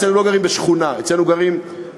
אצלנו לא גרים בשכונה, אצלנו גרים ב"צ'כונה".